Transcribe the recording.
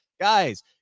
Guys